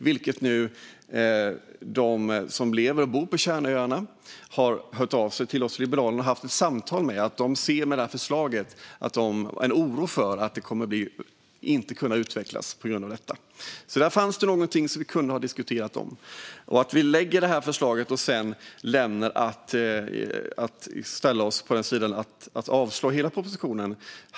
Personer som lever och bor på kärnöarna har hört av sig till oss liberaler och haft samtal med oss. De känner med det här förslaget en oro för att det på grund av detta inte kommer att bli någon utveckling. Där finns det någonting som vi kunde ha diskuterat. Kristina Yngwe tar upp att vi lägger fram det här förslaget men sedan väljer att yrka avslag på hela propositionen.